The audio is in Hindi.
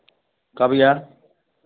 क्या भैया